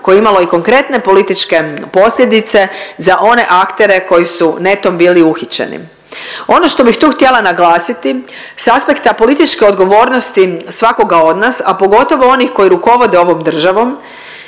je imalo i konkretne političke posljedice za one aktere koji su netom bili uhićeni. Ono što bih tu htjela naglasiti s aspekta političke odgovornosti svakoga od nas, a pogotovo onih koji rukovode ovom državom